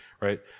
Right